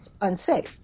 unsafe